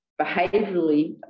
behaviourally